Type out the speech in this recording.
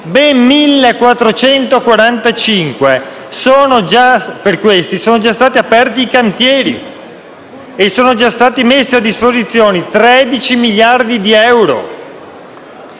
ben 1.445 sono già stati aperti i cantieri e sono già stati messi a disposizione 13 miliardi di euro.